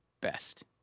best